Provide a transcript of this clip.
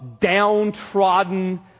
downtrodden